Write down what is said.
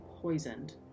poisoned